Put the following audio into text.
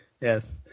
yes